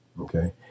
okay